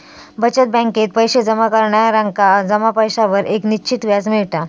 बचत बॅकेत पैशे जमा करणार्यांका जमा पैशांवर एक निश्चित व्याज मिळता